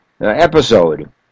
episode